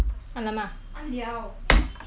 不知道呢对不对